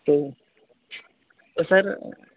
تو سر